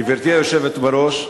גברתי היושבת בראש,